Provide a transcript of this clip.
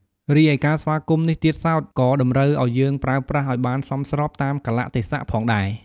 រីឯការស្វាគមន៍នេះទៀតសោត ក៏តម្រូវឲ្យយើងប្រើប្រាស់ឱ្យបានសមស្របតាមកាលៈទេសៈផងដែរ។